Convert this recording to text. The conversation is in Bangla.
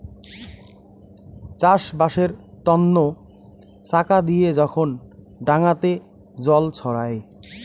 চাষবাসের তন্ন চাকা দিয়ে যখন ডাঙাতে জল ছড়ায়